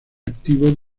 activo